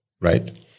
right